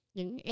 Những